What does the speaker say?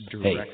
Hey